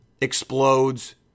explodes